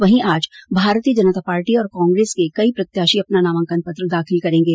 वहीं आज भारतीय जनता पार्टी और कांग्रेस के कई प्रत्याशी अपना नामांकन पत्र दाखिल करेंगे